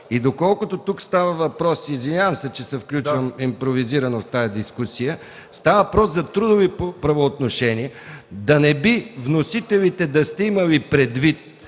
Доколкото тук става въпрос – извинявам се, че се включвам импровизирано в тази дискусия, за трудови правоотношения, да не би вносителите да сте имали предвид